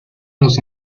los